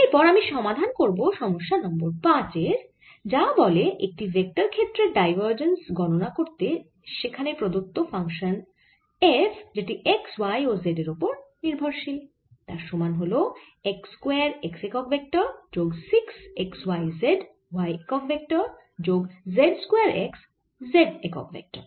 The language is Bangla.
এরপর আমি সমাধান করব সমস্যা নম্বর 5 এর যা বলে একটি ভেক্টর ক্ষেত্রের ডাইভারজেন্স গণনা করতে যেখানে প্রদত্ত ফাংশান f যেটি x y ও z এর ওপর নির্ভরশীল তার সমান হল x স্কয়ার x একক ভেক্টর যোগ 6 x y z y একক ভেক্টর যোগ z স্কয়ার x z একক ভেক্টর